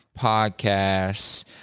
podcasts